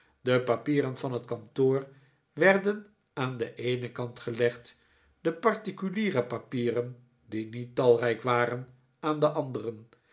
de papieren van het kantoor werden aan den eenen kant gelegd f de particuliere papieren die niet talrijk waren aan den anderen